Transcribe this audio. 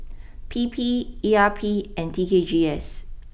P P E R P and T K G S